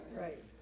Right